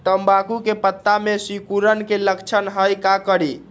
तम्बाकू के पत्ता में सिकुड़न के लक्षण हई का करी?